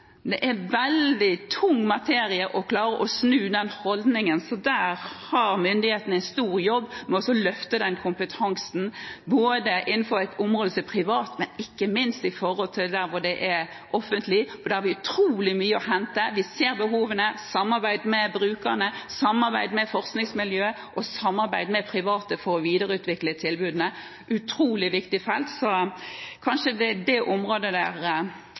Det er veldig tung materie å klare å snu holdningene, så der har myndighetene en stor jobb med å løfte kompetansen, både innenfor det private området – og ikke minst – det offentlige. Her har vi utrolig mye å hente. Vi ser behovene: samarbeid med brukerne, samarbeid med forskningsmiljøet og samarbeid med private for å videreutvikle tilbudet. Det er et utrolig viktig felt. Det er kanskje det området jeg har størst forventninger til at det